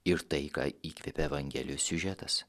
ir tai ką įkvėpė evangelijos siužetas